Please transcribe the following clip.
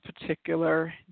particular